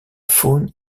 faune